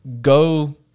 go